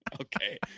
Okay